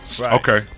Okay